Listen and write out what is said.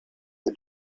the